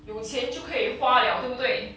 有钱就可以花了对不对